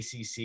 ACC